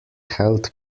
health